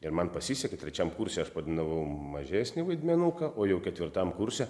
ir man pasisekė trečiam kurse aš padainavau mažesnį vaidmenų o jau ketvirtam kurse